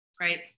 right